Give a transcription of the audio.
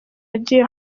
yagiye